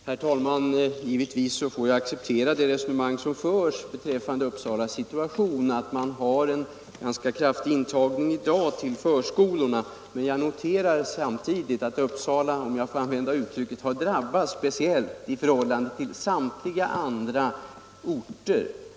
Herr talman! Givetvis får jag acceptera resonemanget att man i Uppsala har en ganska kraftig intagning i dag till förskolorna. Men jag noterar 61 samtidigt att Uppsala har drabbats speciellt i förhållande till samtliga andra orter.